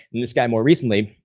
and this guy more recently,